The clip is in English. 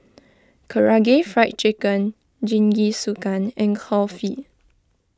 Karaage Fried Chicken Jingisukan and Kulfi